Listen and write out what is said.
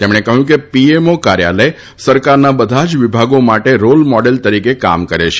તેમણે કહ્યું કે પીએમઓ કાર્યાલય સરકારના બધા જ વિભાગો માટે રોલ મોડેલ તરીકે કામ કરે છે